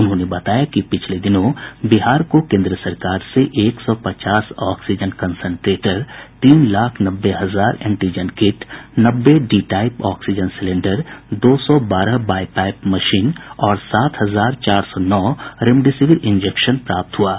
उन्होंने बताया कि पिछले दिनों बिहार को केंद्र सरकार से एक सौ पचास ऑक्सीजन कंसंट्रेटर तीन लाख नब्बे हजार एंटीजन किट नब्बे डी टाइप ऑक्सीजन सिलेंडर दो सौ बारह बाइपैप मशीन और सात हजार चार सौ नौ रेमडेसिविर इंजेक्शन प्राप्त हुआ है